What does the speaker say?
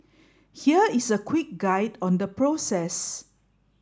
here is a quick guide on the process